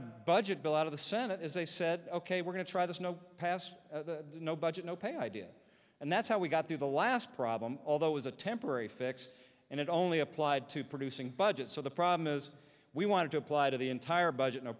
a budget bill out of the senate is they said ok we're going to try this no past no budget no pay idea and that's how we got through the last problem although is a temporary fix and it only applied to producing budget so the problem is we wanted to apply to the entire budget